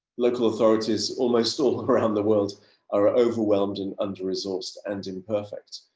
local authorities almost all around the world are overwhelmed and under-resourced and imperfect.